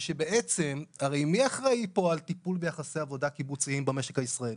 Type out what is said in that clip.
שבעצם - הרי מי אחראי פה על טיפול ביחסי עבודה קיבוציים במשק הישראלי?